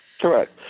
Correct